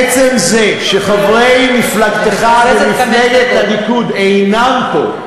עצם זה שחברי מפלגתך ומפלגת הליכוד אינם פה,